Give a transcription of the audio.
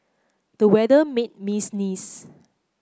the weather made me sneeze